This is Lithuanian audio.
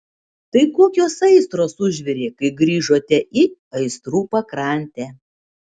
tai kokios aistros užvirė kai grįžote į aistrų pakrantę